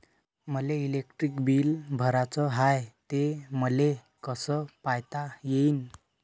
मले electric bill भराचं हाय, ते मले कस पायता येईन?